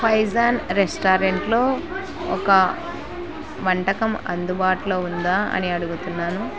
ఫైజాన్ రెస్టారెంట్లో ఒక వంటకం అందుబాటులో ఉందా అని అడుగుతున్నాను